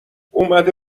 اومده